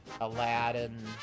Aladdin